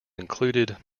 included